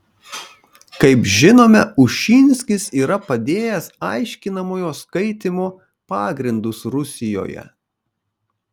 kaip žinome ušinskis yra padėjęs aiškinamojo skaitymo pagrindus rusijoje